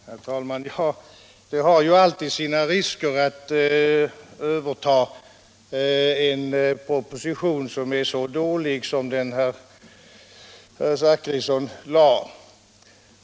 Herr talman! Det har naturligtvis alltid sina risker att överta en proposition som är så dålig som den herr Zachrisson lade fram.